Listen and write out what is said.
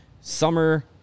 summer